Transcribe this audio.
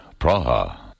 Praha